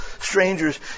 strangers